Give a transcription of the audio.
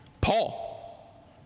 Paul